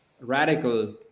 radical